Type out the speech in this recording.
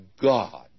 God